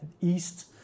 east